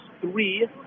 three